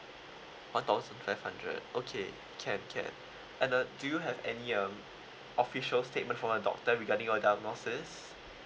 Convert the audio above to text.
one thousand five hundred okay can can and uh do you have any um official statement from a doctor regarding your diagnosis